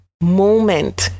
moment